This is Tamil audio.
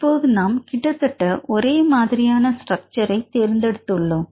இப்போது நாம் கிட்டத்தட்ட ஒரே மாதிரியான ஸ்ட்ரக்ச்சர் தேர்ந்தெடுத்துள்ளோம்